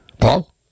Paul